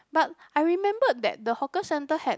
but I remembered that the hawker centre had